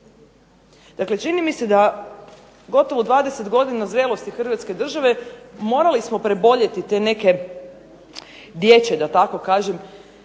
Dakle, čini mi se da gotovo u 20 godina zrelosti Hrvatske države morali smo preboljeti te neke dječje da tako kažem